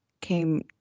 came